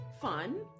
fun